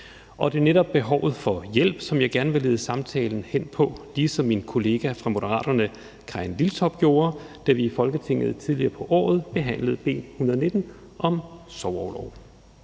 Det er netop behovet for hjælp, som jeg gerne vil lede samtalen hen på, ligesom min kollega fra Moderaterne Karin Liltorp gjorde, da vi i Folketinget tidligere på året behandlede B 119 om sorgorlov.